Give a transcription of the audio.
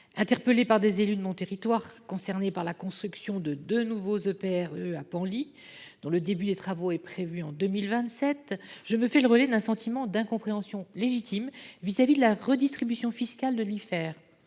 Interpellée par des élus de mon territoire qui sont concernés par la construction de deux nouveaux EPR2 () à Penly – le début des travaux est prévu en 2027 –, je me fais le relais d’un sentiment d’incompréhension légitime vis à vis de la redistribution fiscale de l’Ifer.